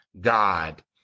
God